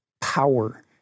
power